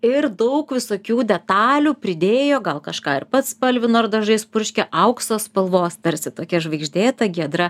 ir daug visokių detalių pridėjo gal kažką ir pats spalvino ir dažais purškia aukso spalvos tarsi tokia žvaigždėta giedra